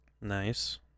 Nice